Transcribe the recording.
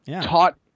taught